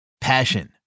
Passion